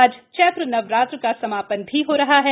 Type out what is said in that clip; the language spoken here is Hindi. आज चैत्र नवरात्र का समा न भी हो रहा है